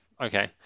okay